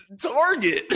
Target